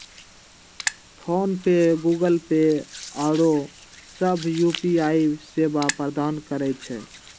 PhonePe, Google Pay आउरो सभ UPI सेवा प्रदान करै छै